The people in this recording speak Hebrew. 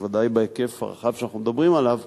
בוודאי בהיקף הרחב שאנחנו מדברים עליו,